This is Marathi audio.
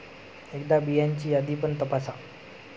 एकदा बियांची यादी पण तपासा